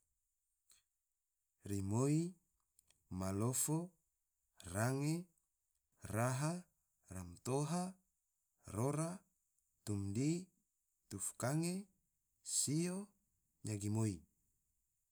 Rimoi, malofo, range, raha, romtoha, rora, tomdi, tufkange, sio, nyagimoi